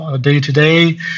day-to-day